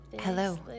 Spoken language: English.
hello